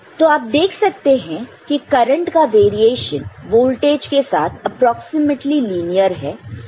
तो आप देख सकते हैं की करंट का वेरिएशन वोल्टेज के साथ एप्रोक्सीमेटली लीनियर है